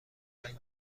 رنگ